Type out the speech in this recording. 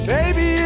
Baby